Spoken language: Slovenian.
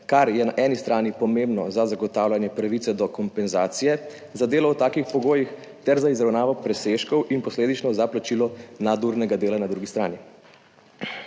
kar je na eni strani pomembno za zagotavljanje pravice do kompenzacije za delo v takih pogojih ter za izravnavo presežkov in posledično za plačilo nadurnega dela na drugi strani.